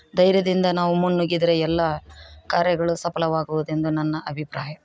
ಧೈರ್ಯದಿಂದ ನಾವು ಮುನ್ನುಗ್ಗಿದರೆ ಎಲ್ಲ ಕಾರ್ಯಗಳು ಸಫಲವಾಗುವುದೆಂದು ನನ್ನ ಅಭಿಪ್ರಾಯ